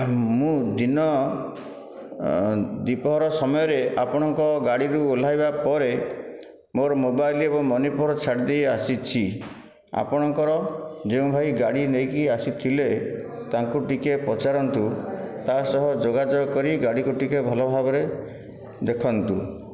ମୁଁ ଦିନ ଦ୍ଵିପହର ସମୟରେ ଆପଣଙ୍କ ଗାଡ଼ି ରୁ ଓହ୍ଲାଇବା ପରେ ମୋର ମୋବାଇଲ ଏବଂ ମନି ପର୍ସ ଛାଡ଼ି ଦେଇ ଆସିଛି ଆପଣଙ୍କର ଯେଉଁ ଭାଇ ଗାଡ଼ି ନେଇକି ଆସିଥିଲେ ତାଙ୍କୁ ଟିକିଏ ପଚାରନ୍ତୁ ତା'ସହ ଯୋଗାଯୋଗ କରି ଗାଡ଼ିକୁ ଟିକିଏ ଭଲ ଭାବରେ ଦେଖନ୍ତୁ